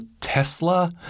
Tesla